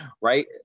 right